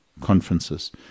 conferences